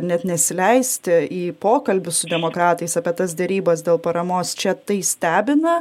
net nesileisti į pokalbius su demokratais apie tas derybas dėl paramos čia tai stebina